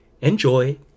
enjoy